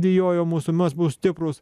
bijojo mūsų mes buvom stiprūs